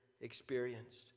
experienced